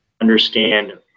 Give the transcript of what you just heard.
understand